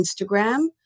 Instagram